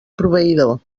proveïdor